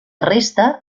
resta